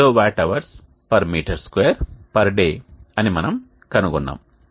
58 kWh m 2 day అని మనము కనుగొన్నాము